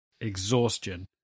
exhaustion